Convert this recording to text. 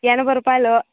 ఎనభై రూపాయలు